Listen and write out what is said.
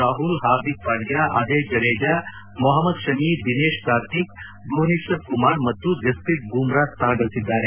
ರಾಹುಲ್ ಹಾರ್ದಿಕ್ ಪಾಂಡ್ಲ ಅಜಯ್ ಜಡೇಜಾ ಮೊಹಮ್ನದ್ ಶಮಿ ದಿನೇಶ್ ಕಾರ್ತಿಕ್ ಭುವನೇಶ್ವರ್ ಕುಮಾರ್ ಮತ್ತು ಜಸ್ಷೀತ್ ಬೂಮ್ರಾ ಸ್ಥಾನಗಳಿಸಿದ್ದಾರೆ